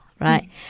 right